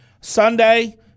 sunday